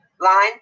line